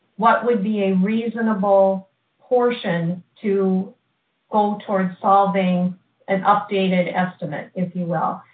what would be a reasonable portion to go towards solving an updated estimate, if you will?